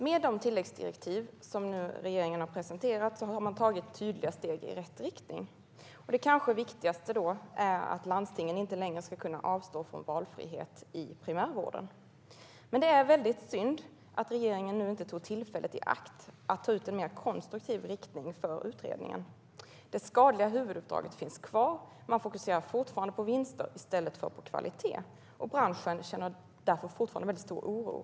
Med de tilläggsdirektiv som regeringen har presenterat har man tagit tydliga steg i rätt riktning. Det kanske viktigaste är att landstingen inte längre ska kunna avstå från valfrihet i primärvården. Det är dock synd att regeringen inte tog tillfället i akt att staka ut en mer konstruktiv riktning för utredningen. Det skadliga huvuduppdraget finns kvar. Man fokuserar fortfarande på vinster i stället för på kvalitet. Branschen känner därför fortfarande stor oro.